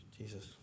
Jesus